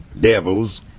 devils